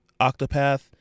Octopath